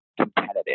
competitive